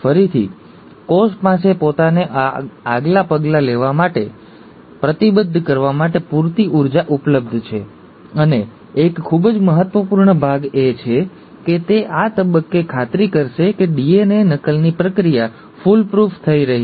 ફરીથી કોષ પાસે પોતાને આગલા પગલા માટે પ્રતિબદ્ધ કરવા માટે પૂરતી ઊર્જા ઉપલબ્ધ છે અને એક ખૂબ જ મહત્વપૂર્ણ ભાગ એ છે કે તે આ તબક્કે ખાતરી કરશે કે ડીએનએ નકલની પ્રક્રિયા ફૂલપ્રૂફ રહી છે